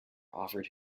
offered